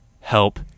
help